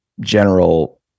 general